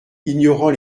ignorant